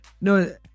no